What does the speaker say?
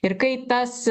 ir kai tas